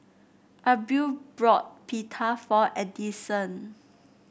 Abril bought Pita for Addyson